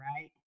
right